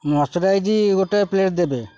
ମଶ୍ଚରାଇଜି ଗୋଟେ ପ୍ଲେଟ୍ ଦେବେ